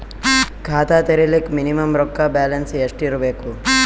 ಖಾತಾ ತೇರಿಲಿಕ ಮಿನಿಮಮ ರೊಕ್ಕ ಬ್ಯಾಲೆನ್ಸ್ ಎಷ್ಟ ಇರಬೇಕು?